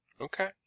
Okay